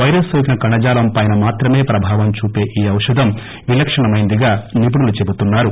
virus నోకిన కణజాలం పైన మాత్రమే ప్రభావం చూపె ఈ ఔషదం విలక్షణమైందిగా నిపుణులు చెబుతున్నారు